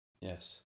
Yes